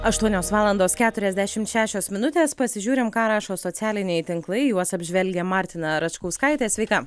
aštuonios valandos keturiasdešimt šešios minutės pasižiūrim ką rašo socialiniai tinklai juos apžvelgia martina račkauskaitė sveika